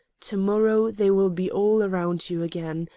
to-morrow they will be all around you again.